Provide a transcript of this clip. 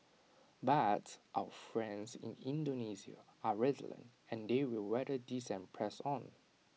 but our friends in Indonesia are resilient and they will weather this and press on